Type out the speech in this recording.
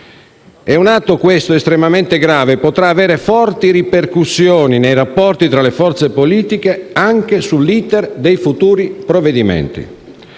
È un atto, questo, estremamente grave e che potrà avere forti ripercussioni nei rapporti tra le forze politiche, nonché sull'*iter* dei futuri provvedimenti.